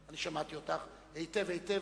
אני שמעתי אותך היטב היטב,